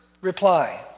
reply